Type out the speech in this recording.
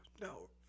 No